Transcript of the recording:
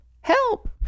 Help